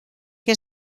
que